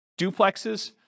duplexes